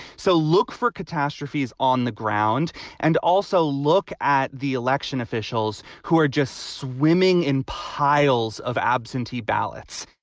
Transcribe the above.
so look for catastrophes on the ground and also look at the election officials who are just swimming in piles of absentee ballots,